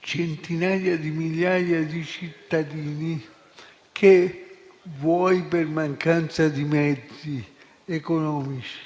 centinaia di migliaia di cittadini che, vuoi per mancanza di mezzi economici,